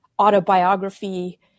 autobiography